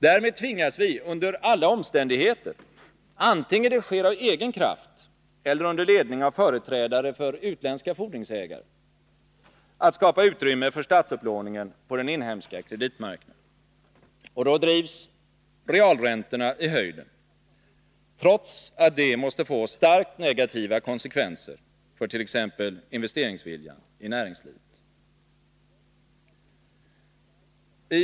Därmed tvingas vi under alla omständigheter — oavsett om det sker av egen kraft eller under ledning av företrädare för utländska fordringsägare — att skapa utrymme för statsupplåningen på den inhemska kreditmarknaden. Och då drivs realräntorna i höjden, trots att det måste få starkt negativa konsekvenser för t.ex. investeringsviljan i näringslivet.